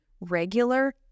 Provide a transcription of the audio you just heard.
regular